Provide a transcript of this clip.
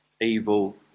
Evil